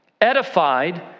edified